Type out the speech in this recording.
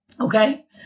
okay